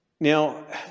Now